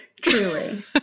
truly